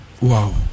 Wow